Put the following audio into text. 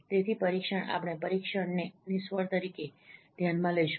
તેથી પરીક્ષણ આપણે પરીક્ષણને નિષ્ફળ તરીકે ધ્યાનમાં લઈશું